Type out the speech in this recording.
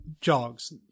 jogs